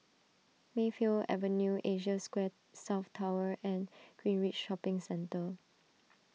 Mayfield Avenue Asia Square South Tower and Greenridge Shopping Centre